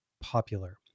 popular